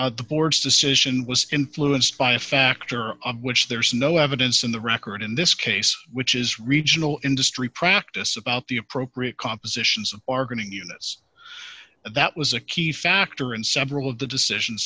hsien the board's decision was influenced by a factor of which there is no evidence in the record in this case which is regional industry practice about the appropriate compositions are getting units that was a key factor in several of the decision